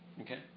okay